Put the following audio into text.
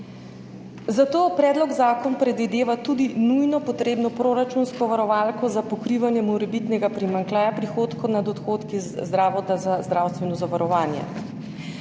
Zato predlog zakona predvideva tudi nujno potrebno proračunsko varovalko za pokrivanje morebitnega primanjkljaja prihodkov nad odhodki Zavoda za zdravstveno zavarovanje.